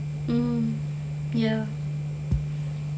mm ya